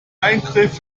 eingriff